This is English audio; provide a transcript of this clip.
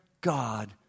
God